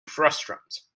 frustums